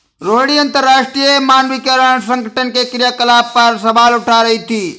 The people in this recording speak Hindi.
रोहिणी अंतरराष्ट्रीय मानकीकरण संगठन के क्रियाकलाप पर सवाल उठा रही थी